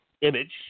image